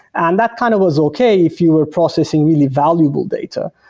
and that kind of was okay if you were processing really valuable data,